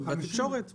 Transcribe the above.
בתקשורת.